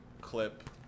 clip